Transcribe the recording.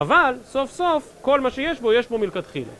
אבל סוף סוף כל מה שיש בו, יש בו מלכתחילה